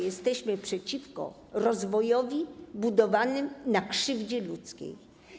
Jesteśmy przeciwko rozwojowi budowanemu na krzywdzie ludzkiej.